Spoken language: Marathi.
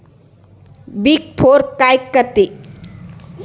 बिग फोर काय करते?